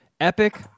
epic